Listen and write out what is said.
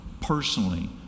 personally